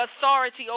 authority